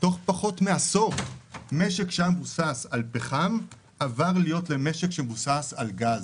תוך פחות מעשור משק שהיה מבוסס על פחם עבר להיות משק שמבוסס על גז,